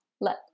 let